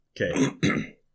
okay